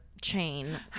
chain